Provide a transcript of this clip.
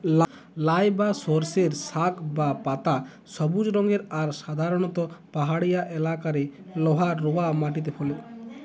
লাই বা সর্ষের শাক বা পাতা সবুজ রঙের আর সাধারণত পাহাড়িয়া এলাকারে লহা রওয়া মাটিরে ফলে